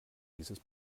dieses